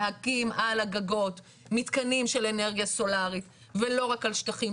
להקים על הגגות מתקנים של אנרגיה סולארית ולא רק על שטחים.